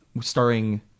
starring